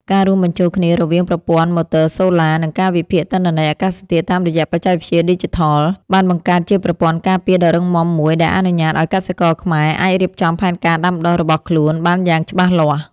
ការរួមបញ្ចូលគ្នារវាងប្រព័ន្ធម៉ូទ័រសូឡា និងការវិភាគទិន្នន័យអាកាសធាតុតាមរយៈបច្ចេកវិទ្យាឌីជីថល បានបង្កើតជាប្រព័ន្ធការពារដ៏រឹងមាំមួយដែលអនុញ្ញាតឱ្យកសិករខ្មែរអាចរៀបចំផែនការដាំដុះរបស់ខ្លួនបានយ៉ាងច្បាស់លាស់។